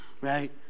right